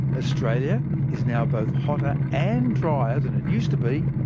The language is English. australia is now both hotter and drier than it used to be,